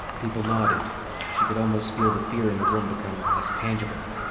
people nodded she could almost feel the fear in the room become less tangible.